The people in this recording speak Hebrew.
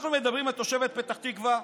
אנחנו מדברים על תושבת פתח תקווה,